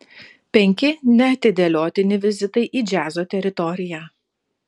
penki neatidėliotini vizitai į džiazo teritoriją